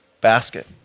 basket